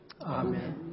Amen